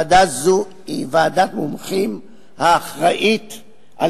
ועדה זו היא ועדת מומחים האחראית על